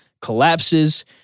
collapses